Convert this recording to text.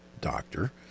Doctor